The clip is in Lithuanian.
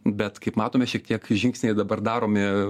bet kaip matome šiek tiek žingsniai dabar daromi